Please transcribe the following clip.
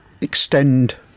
extend